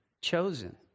chosen